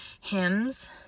hymns